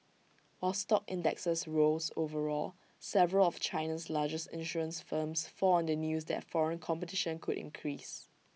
while stock indexes rose overall several of China's largest insurance firms fell on the news that foreign competition could increase